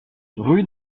rue